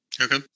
Okay